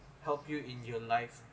help you in your life